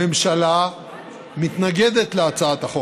הממשלה מתנגדת להצעת החוק.